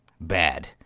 bad